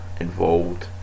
involved